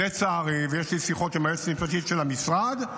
ויש לי שיחות עם היועצת המשפטית של המשרד,